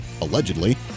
allegedly